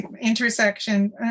intersection